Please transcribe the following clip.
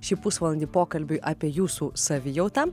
šį pusvalandį pokalbiui apie jūsų savijautą